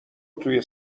توی